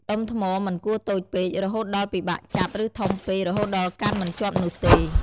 ដុំថ្មមិនគួរតូចពេក រហូតដល់ពិបាកចាប់ ឬធំពេក រហូតដល់កាន់មិនជាប់នោះទេ។